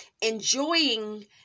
enjoying